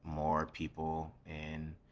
more people in